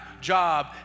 job